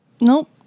Nope